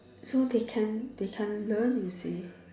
so they can they can learn you see